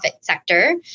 sector